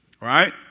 Right